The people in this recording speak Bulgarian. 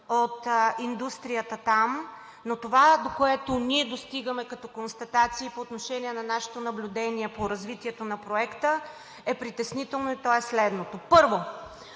от индустрията там, но това, до което ние достигаме като констатации по отношение на нашето наблюдение по развитието на проекта, е притеснително и то е следното.